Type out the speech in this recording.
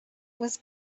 was